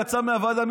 יצא מהוועדה,